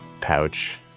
pouch